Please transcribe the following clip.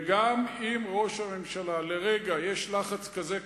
וגם אם ראש הממשלה, לרגע יש לחץ כזה כבד,